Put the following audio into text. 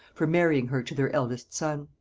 for marrying her to their eldest son.